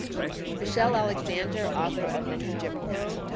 michelle alexander, author of the new jim crow,